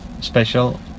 special